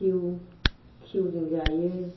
घिउ घिउजों जायो